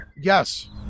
Yes